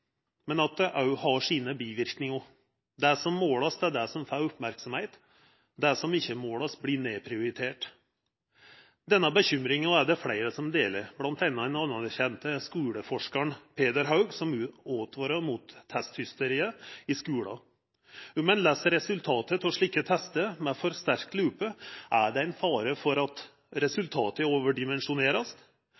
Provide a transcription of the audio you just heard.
men at det òg har sine biverknader. Det som vert målt, er det som får merksemd, det som ikkje vert målt, vert nedprioritert. Denne bekymringa er det fleire som deler, bl.a. den anerkjende skuleforskaren Peder Haug, som åtvarar mot testhysteriet i skulen. Om ein les resultata av slike testar med for sterk lupe, er det ein fare for at